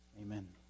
Amen